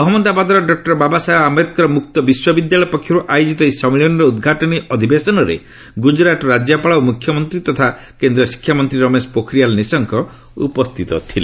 ଅହମ୍ମଦାବାଦର ଡକୁର ବାବାସାହେବ ଆମ୍ଘେଦକର ମୁକ୍ତ ବିଶ୍ୱବିଦ୍ୟାଳୟ ପକ୍ଷରୁ ଆୟୋଜିତ ଏହି ସମ୍ମିଳନୀର ଉଦ୍ଘାଟନୀ ଅଧିବେଶନରେ ଗୁଜରାଟର ରାଜ୍ୟପାଳ ଓ ମୁଖ୍ୟମନ୍ତ୍ରୀ ତଥା କେନ୍ଦ୍ର ଶିକ୍ଷାମନ୍ତ୍ରୀ ରମେଶ ପୋଖରିଆଲ ନିଶଙ୍କ ଉପସ୍ଥିତ ଥିଲେ